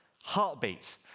heartbeat